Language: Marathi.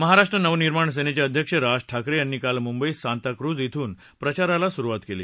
महाराष्ट्र नवनिर्माण सेनेचे अध्यक्ष राज ठाकरे यांनी काल मुंबईत सांताक्रज इथन प्रचाराला सुरुवात केली